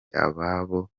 ababo